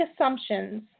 assumptions